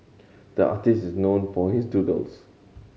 the artist is known for his doodles